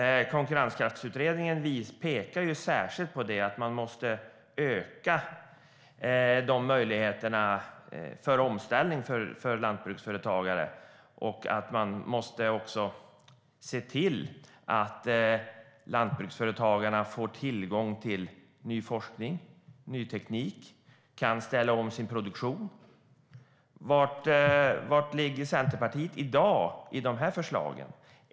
Konkurrenskraftsutredningen pekade särskilt på att man måste öka möjligheterna till omställning för lantbruksföretagare och se till att lantbruksföretagarna får tillgång till ny forskning och ny teknik så att de kan ställa om sin produktion. Vad är Centerpartiets förslag i dag?